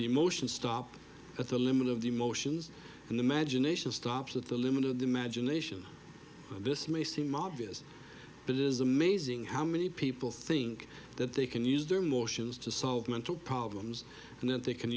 emotions stop at the limit of the emotions and the magination stops at the limit of the imagination this may seem obvious but it is amazing how many people think that they can use their emotions to solve mental problems and that they can